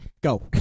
Go